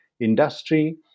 industry